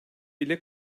ile